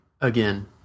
again